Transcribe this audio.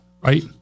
right